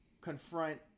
confront